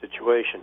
situation